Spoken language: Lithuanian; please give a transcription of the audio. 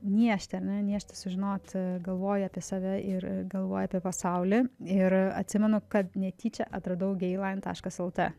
niežti ar ne niežti sužinoti galvoji apie save ir galvoji apie pasaulį ir atsimenu kad netyčia atradau geilain taškas el tė